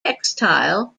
textile